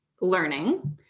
learning